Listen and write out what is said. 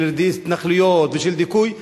של התנחלויות ושל דיכוי.